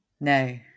No